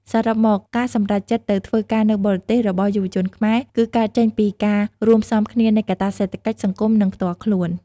សរុបមក ការសម្រេចចិត្តទៅធ្វើការនៅបរទេសរបស់យុវជនខ្មែរ គឺកើតចេញពីការរួមផ្សំគ្នានៃកត្តាសេដ្ឋកិច្ច សង្គម និងផ្ទាល់ខ្លួន។